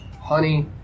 honey